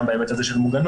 גם בהיבט הזה של מוגנות